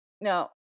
now